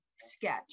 sketch